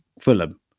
Fulham